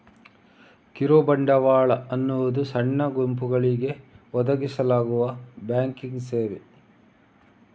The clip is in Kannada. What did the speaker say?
ಕಿರು ಬಂಡವಾಳ ಅನ್ನುದು ಸಣ್ಣ ಗುಂಪುಗಳಿಗೆ ಒದಗಿಸಲಾಗುವ ಬ್ಯಾಂಕಿಂಗ್ ಸೇವೆ